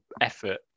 effort